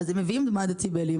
אז הם מביאים מד דציבלים,